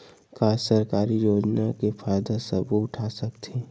का सरकारी योजना के फ़ायदा सबो उठा सकथे?